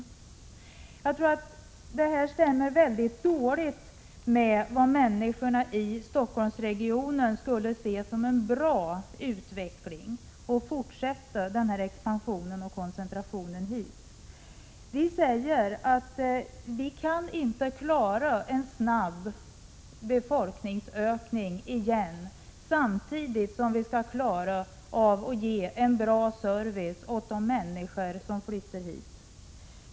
Att fortsätta expansionen och koncentrationen hit tror jag stämmer väldigt dåligt med vad människorna i Stockholmsregionen skulle se som en bra utveckling. Vi säger att vi inte kan klara en snabb befolkningsökning igen, samtidigt som vi skall klara av att ge en bra service åt de människor som flyttar hit.